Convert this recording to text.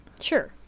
Sure